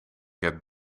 heb